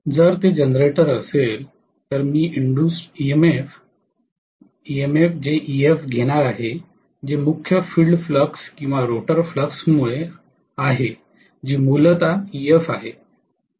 तर जर ते जनरेटर असेल तर मी इन्डूस्ट ईएमएफ ईएफ Ef घेणार आहे जे मुख्य फील्ड फ्लक्स किंवा रोटर फ्लक्समुळे आहे जे मूलतः Ef आहे